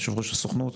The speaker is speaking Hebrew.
יו"ר הסוכנות,